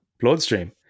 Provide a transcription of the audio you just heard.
bloodstream